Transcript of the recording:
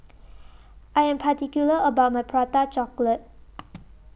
I Am particular about My Prata Chocolate